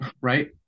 Right